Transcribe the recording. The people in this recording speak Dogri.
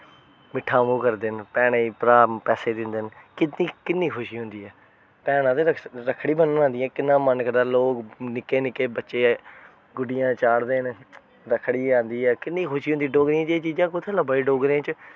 मिट्ठा मूंह् करदे न भैनें ई भ्राऽ पैसे दिंदे न किन्नी खुशी होंदी ऐ भैनां ते रक्खड़ी बन्नन आंदियां किन्ना मन करदा ऐ लोक निक्के निक्के बच्चे गुड्डियां चाढ़दे न रक्खड़ी ऐ आंदी ऐ किन्नी खुशी ऐ डोगरें च एह् चीजां कुत्थै लब्भा दियां डोगरें च